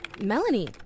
Melanie